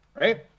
right